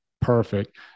Perfect